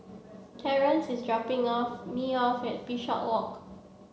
Torrence is dropping off me off at Bishopswalk